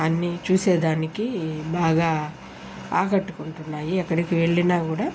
అన్నీ చూసేదానికి బాగా ఆకట్టుకుంటున్నాయి ఎక్కడికి వెళ్ళినా కూడా